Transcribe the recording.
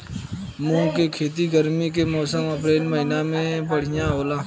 मुंग के खेती गर्मी के मौसम अप्रैल महीना में बढ़ियां होला?